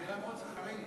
זו אמירה מאוד סכרינית.